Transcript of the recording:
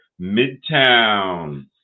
Midtown